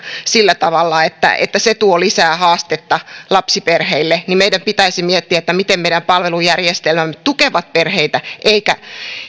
sillä tavalla että että se tuo lisää haastetta lapsiperheille niin meidän pitäisi miettiä miten meidän palvelujärjestelmämme tukevat perheitä